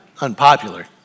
unpopular